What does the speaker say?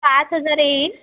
पाच हजार येईल